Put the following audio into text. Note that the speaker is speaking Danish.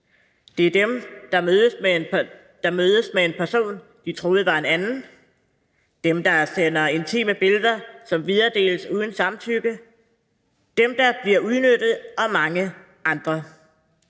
Det er dem, der mødes med en person, som de troede var en anden, dem, der sender intime billeder, som videredeles uden samtykke, dem, der bliver udnyttet, og mange andre.